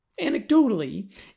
anecdotally